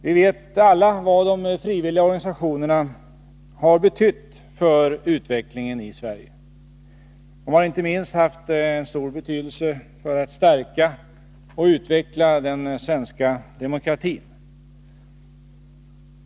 Vi vet alla vad de frivilliga organisationerna har betytt för utvecklingen i Sverige. De har inte minst haft en stor betydelse för att stärka och utveckla den svenska demokratin.